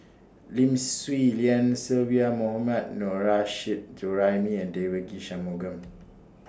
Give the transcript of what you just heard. Lim Swee Lian Sylvia Mohammad Nurrasyid Juraimi and Devagi Sanmugam